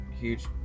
huge